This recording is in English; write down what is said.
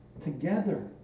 together